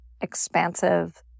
expansive